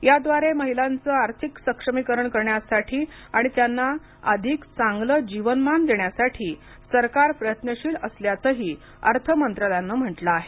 याद्वारे महिलांचे आर्थिक सक्षमीकरण करण्यासाठी आणि त्यांना अधिक चांगले जीवनमान देण्यासाठी सरकार प्रयत्नशील असल्याचेही अर्थ मंत्रालयाने म्हटले आहे